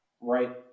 right